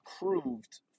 approved